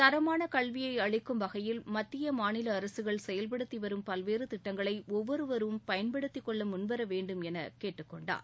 தரமான கல்வியை அளிக்கும் வகையில் மத்திய மாநில அரசுகள் செயல்படுத்தி வரும் பல்வேறு திட்டங்களை ஒவ்வொருவரும் பயன்படுத்திக் கொள்ள முள்வர வேண்டும் என கேட்டுக்கொண்டார்